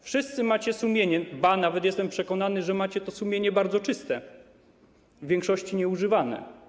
Wszyscy macie sumienie, ba, nawet jestem przekonany, że macie to sumienie bardzo czyste, w większości nieużywane.